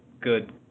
good